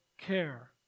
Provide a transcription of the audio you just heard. care